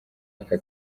aka